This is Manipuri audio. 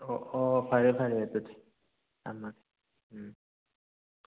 ꯑꯣ ꯑꯣ ꯐꯔꯦ ꯐꯔꯦ ꯑꯗꯨꯗꯤ ꯊꯝꯃꯒꯦ ꯎꯝ